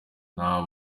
nta